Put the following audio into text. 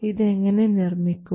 ഇതെങ്ങനെ നിർമ്മിക്കും